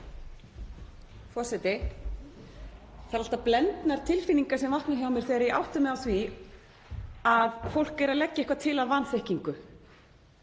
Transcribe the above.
Forseti. Það eru alltaf blendnar tilfinningar sem vakna hjá mér þegar ég átta mig á því að fólk er að leggja eitthvað til af vanþekkingu